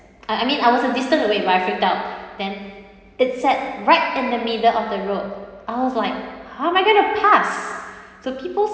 I I mean I was a distant away but I freaked out then it sat right in the middle of the road I was like how I'm going to pass so people